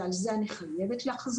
ועל זה אני חייבת לחזור,